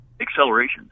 acceleration